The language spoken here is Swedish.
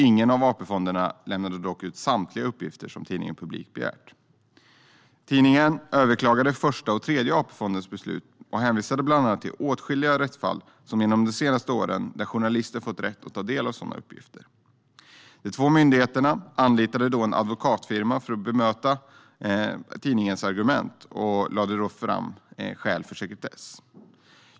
Ingen av AP-fonderna lämnade dock ut samtliga uppgifter som tidningen Publikt begärt. Tidningen Publikt överklagade Första AP-fondens och Tredje AP-fondens beslut, och man hänvisade bland annat till att det finns åtskilliga rättsfall från de senaste åren där journalister fått rätt att ta del av sådana uppgifter. De två myndigheterna anlitade då en advokatfirma för att bemöta tidningens argument och lade fram skäl för sekretess.